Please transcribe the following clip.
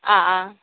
ꯑꯥ ꯑꯥ